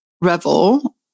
Revel